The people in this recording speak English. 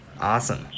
Awesome